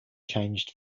changed